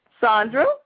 Sandra